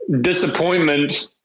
disappointment